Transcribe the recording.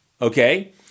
okay